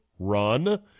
run